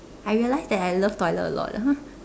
I realize that I love toilet a lot ah